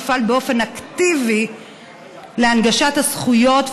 יפעל באופן אקטיבי להנגשת הזכויות,